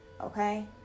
Okay